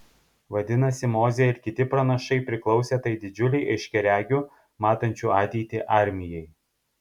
vadinasi mozė ir kiti pranašai priklausė tai didžiulei aiškiaregių matančių ateitį armijai